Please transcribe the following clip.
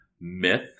myth